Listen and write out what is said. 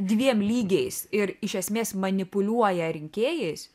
dviem lygiais ir iš esmės manipuliuoja rinkėjais